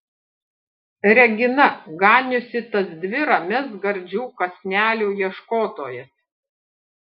regina ganiusi tas dvi ramias gardžių kąsnelių ieškotojas